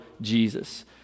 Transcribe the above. Jesus